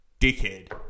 dickhead